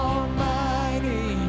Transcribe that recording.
Almighty